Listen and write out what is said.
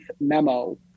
memo